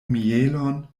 mielon